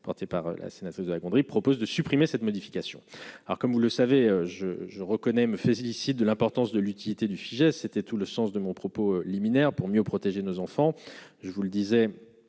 portée par la sénatrice de répondre, il propose de supprimer cette modification alors comme vous le savez je je reconnais me félicite de l'importance de l'utilité du Fijais, c'était tout le sens de mon propos liminaire pour mieux protéger nos enfants, je vous le disais,